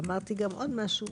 ואמרתי גם עוד משהו,